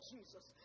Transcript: Jesus